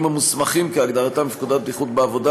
המוסמכים כהגדרתם בפקודת בטיחות בעבודה.